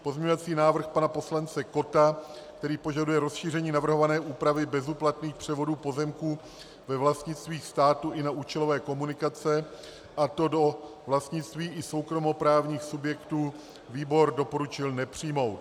Pozměňovací návrh pana poslance Kotta, který požaduje rozšíření navrhované úpravy bezúplatných převodů pozemků ve vlastnictví státu i na účelové komunikace, a to do vlastnictví i soukromoprávních subjektů, výbor doporučil nepřijmout.